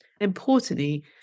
Importantly